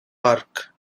park